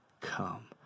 come